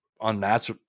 unmatched